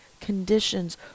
conditions